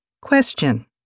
Question